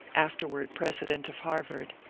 afterward president of harvard,